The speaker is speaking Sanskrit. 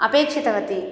अपेक्षितवती